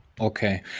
okay